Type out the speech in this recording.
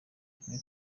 kimwe